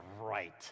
right